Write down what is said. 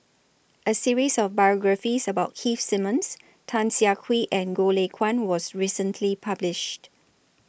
A series of biographies about Keith Simmons Tan Siah Kwee and Goh Lay Kuan was recently published